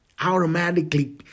automatically